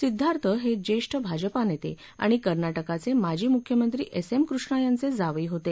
सिद्धार्थ हे ज्येष्ठ भाजपा नेते आणि कर्नाटकाचे माजी मुख्यमंत्री एस एम कृष्णा यांचे जावई होते